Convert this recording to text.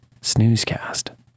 snoozecast